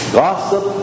gossip